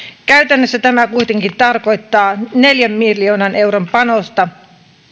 käytännössä tämä kuitenkin tarkoittaa neljän miljoonan euron panosta